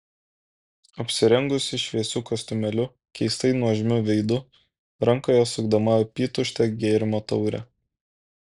apsirengusi šviesiu kostiumėliu keistai nuožmiu veidu rankoje sukdama apytuštę gėrimo taurę